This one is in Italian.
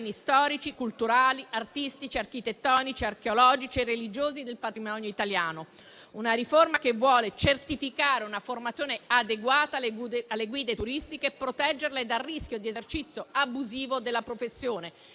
storici, culturali, artistici, architettonici, archeologici e religiosi del patrimonio italiano. Una riforma che vuole certificare una formazione adeguata alle guide turistiche e proteggerle dal rischio di esercizio abusivo della professione,